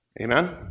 amen